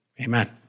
Amen